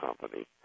company